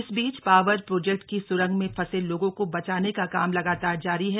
इस बीच power project की स्रंग में फंसे लोगों को बचाने का काम लगातार जारी है